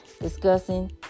discussing